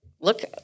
Look